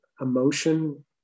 emotion